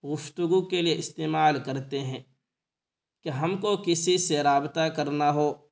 گفتگو کے لیے استعمال کرتے ہیں کہ ہم کو کسی سے رابطہ کرنا ہو